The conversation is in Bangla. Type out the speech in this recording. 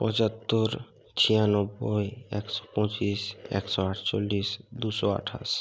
পঁচাত্তর ছিয়ানব্বই একশো পঁচিশ একশো আটচল্লিশ দুশো আঠাশ